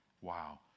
Wow